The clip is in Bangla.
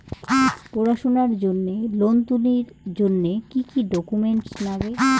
পড়াশুনার জন্যে লোন তুলির জন্যে কি কি ডকুমেন্টস নাগে?